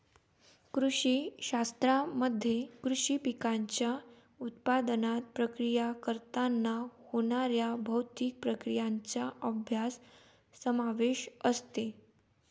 कृषी शास्त्रामध्ये कृषी पिकांच्या उत्पादनात, प्रक्रिया करताना होणाऱ्या भौतिक प्रक्रियांचा अभ्यास समावेश असते